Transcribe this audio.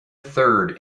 third